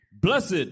Blessed